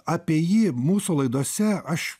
apie jį mūsų laidose aš